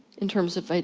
in terms of,